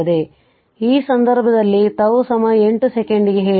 ಆದ್ದರಿಂದ ಈ ಸಂದರ್ಭದಲ್ಲಿ τ 8 ಸೆಕೆಂಡಿಗೆ ಹೇಳಿದೆ